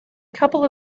couple